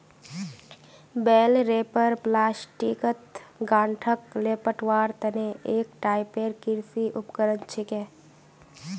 बेल wrapper प्लास्टिकत गांठक लेपटवार तने एक टाइपेर कृषि उपकरण छिके